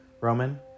roman